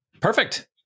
Perfect